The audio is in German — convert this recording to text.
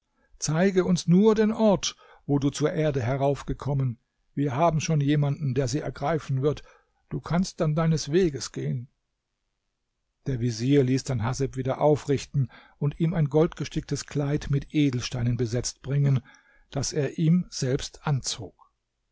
zeige uns nur den ort wo du zur erde heraufgekommen wir haben schon jemanden der sie ergreifen wird du kannst dann deines weges gehen der vezier ließ dann haseb wieder aufrichten und ihm ein goldgesticktes kleid mit edelsteinen besetzt bringen das er ihm selbst anzog